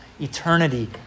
eternity